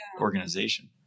organization